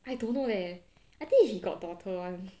I don't know leh I think he got daughter [one]